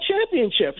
championships